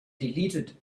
deleted